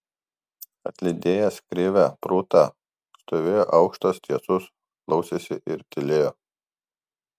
atlydėjęs krivę prūtą stovėjo aukštas tiesus klausėsi ir tylėjo